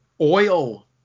oil